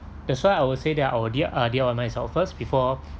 that's why I would say that I will D~ uh D_I_Y myself first before